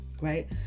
right